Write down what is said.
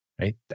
right